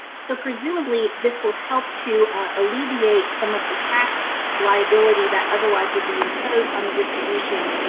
so presumably this will help to alleviate some of the tax liability that otherwise would be imposed on the distribution.